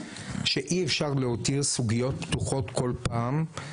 שאי אפשר להותיר סוגיות פתוחות כל פעם.